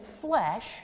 flesh